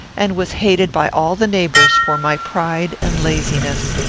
and was hated by all the neighbours for my pride and laziness.